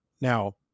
Now